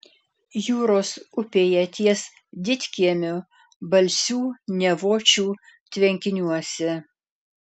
jūros upėje ties didkiemiu balsių nevočių tvenkiniuose